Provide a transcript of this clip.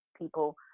people